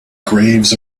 graves